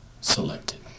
selected